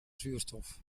zuurstof